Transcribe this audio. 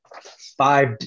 five